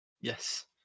Yes